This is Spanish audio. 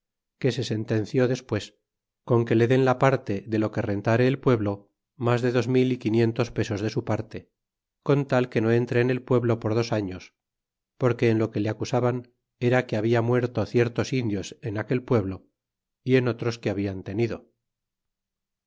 que se sentenció despues con que le den la parte de lo que rentare el pueblo mas de dos mil y quinientos pesos de su parte con tal que no entre en el pueblo por dos afros porque culo que le acusaban era que habla muerto ciertoi indios en aquel pueblo y en otros que hablan tenido